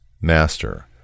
Master